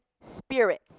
spirits